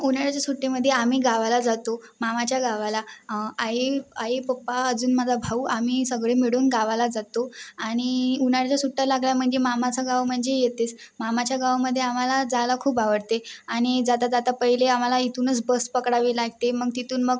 उन्हाळ्याच्या सुट्टीमध्ये आम्ही गावाला जातो मामाच्या गावाला आई आई पप्पा अजून माझा भाऊ आम्ही सगळे मिळून गावाला जातो आणि उन्हाळ्याच्या सुट्ट्या लागल्या म्हणजे मामाचं गाव म्हणजे येतेच मामाच्या गावामध्ये आम्हाला जायला खूप आवडते आणि जाता जाता पहिले आम्हाला इथूनच बस पकडावी लागते मग तिथून मग